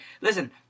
Listen